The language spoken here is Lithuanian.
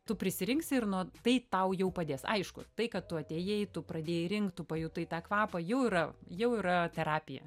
tu prisirinksi ir nu tai tau jau padės aišku tai kad tu atėjai tu pradėjai rinkt tu pajutai tą kvapą jau yra jau yra terapija